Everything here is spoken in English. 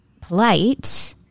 polite